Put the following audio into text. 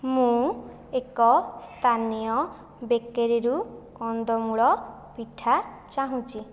ମୁଁ ଏକ ସ୍ଥାନୀୟ ବେକେରୀରୁ କନ୍ଦମୂଳ ପିଠା ଚାହୁଁଛି